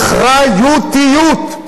כן לתרבות הישראלית,